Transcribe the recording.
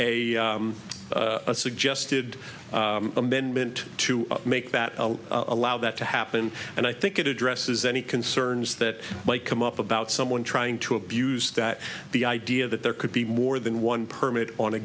a suggested amendment to make that allow that to happen and i think it addresses any concerns that might come up about someone trying to abuse that the idea that there could be more than one permit on a